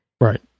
Right